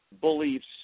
beliefs